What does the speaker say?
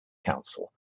council